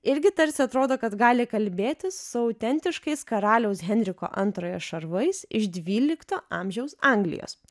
irgi tarsi atrodo kad gali kalbėtis su autentiškais karaliaus henriko antrojo šarvais iš dvylikto amžiaus anglijos